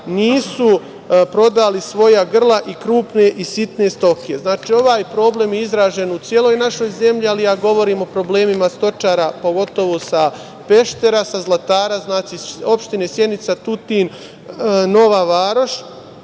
nisu prodali svoja grla i krupne i sitne stoke. Znači, ovaj problem je izražen u celoj našoj zemlji, ali ja govorim o problemima stočara, pogotovo sa Peštera i sa Zlatara, opština Sjenica, Tutin, Nova Varoš,